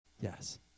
Yes